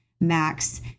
Max